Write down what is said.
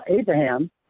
Abraham